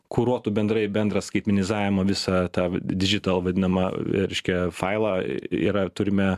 kuruotų bendrai bendras skaitmenizavimo visą tą didžital vadinamą reiškia failą yra turime